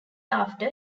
after